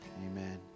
Amen